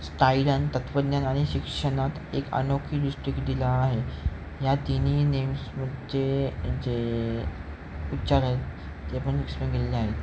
Styron तत्वज्ञान आणि शिक्षणात एक अनोखी दृष्टिकी दिला आहे या तिन्ही नेम्समध्ये जे उच्चार आहेत ते पण एक्सप्लेन केलेले आहेत